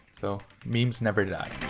so memes never die.